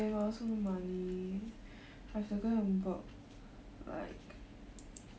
waitress part time I guess before I start my intern at least for a day